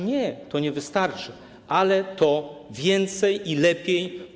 Nie, to nie wystarczy, ale to więcej i lepiej.